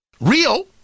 Real